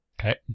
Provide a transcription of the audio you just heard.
Okay